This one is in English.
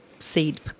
Seed